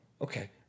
okay